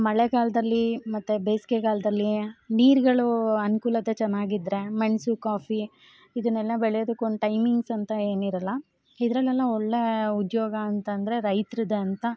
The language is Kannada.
ಮಳೆಗಾಲದಲ್ಲಿ ಮತ್ತೆ ಬೇಸಿಗೆಗಾಲ್ದಲ್ಲಿ ನೀರುಗಳು ಅನ್ಕೂಲತೆ ಚೆನ್ನಾಗಿದ್ರೆ ಮೆಣಸು ಕಾಫಿ ಇದನ್ನೆಲ್ಲ ಬೆಳೆಯೋದಕ್ಕೆ ಒನ್ ಟೈಮಿಂಗ್ಸ್ ಅಂತ ಏನಿರೋಲ್ಲ ಇದರಲ್ಲೆಲ್ಲ ಒಳ್ಳೆ ಉದ್ಯೋಗ ಅಂತಂದ್ರೆ ರೈತ್ರದೆ ಅಂತ